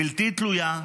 בלתי תלויה,